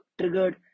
triggered